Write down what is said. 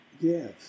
Yes